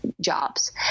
jobs